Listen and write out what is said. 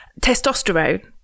testosterone